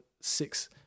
six